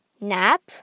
Nap